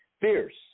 fierce